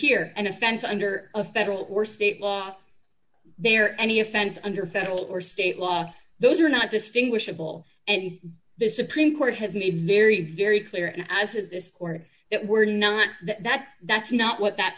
here an offense under a federal or state law there any offense under federal or state law those are not distinguishable and the supreme court has made very very clear as is this court that we're not that that's not what that